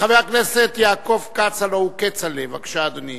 חבר הכנסת יעקב כץ, הלוא הוא כצל'ה, בבקשה, אדוני.